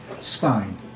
spine